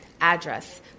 address